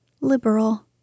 liberal